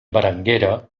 berenguera